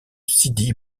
sidi